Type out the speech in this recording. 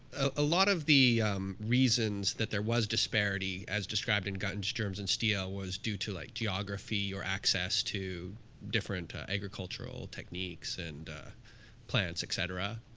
a lot of the reasons that there was disparity as described in guns, germs, and steel was due to like geography or access to different agricultural techniques and plants, et cetera.